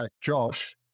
Josh